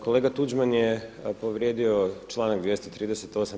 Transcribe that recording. Kolega Tuđman je povrijedio članak 238.